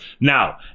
Now